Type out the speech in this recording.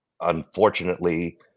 unfortunately